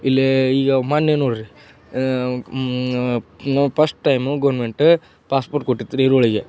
ಇಲ್ಲಿ ಈಗ ಮೊನ್ನೆ ನೋಡಿರಿ ಪಸ್ಟ್ ಟೈಮು ಗೌರ್ಮೆಂಟ್ ಕೊಟ್ಟಿತ್ರೀ ಈರುಳ್ಳಿಗೆ